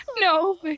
No